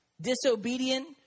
Disobedient